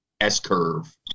S-curve